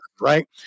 right